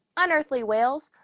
unearlywhales,